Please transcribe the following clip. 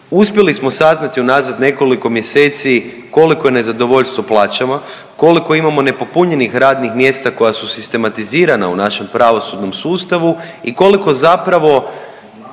Uspjeli smo saznati unazad nekoliko mjeseci koliko je nezadovoljstvo plaćama, koliko imamo nepopunjenih radnih mjesta koja su sistematizirana u našem pravosudnom sustavu i koliko zapravo